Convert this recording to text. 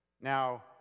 Now